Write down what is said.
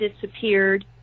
disappeared